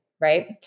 right